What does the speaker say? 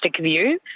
view